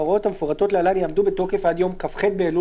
ההוראות המפורטות להלן יעמדו בתוקף עד יום כ"ח באלול